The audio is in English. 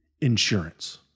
insurance